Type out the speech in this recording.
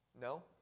No